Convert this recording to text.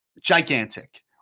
Gigantic